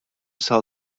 sell